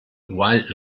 wild